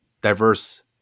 diverse